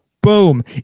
Boom